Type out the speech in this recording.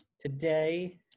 today